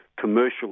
commercial